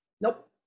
nope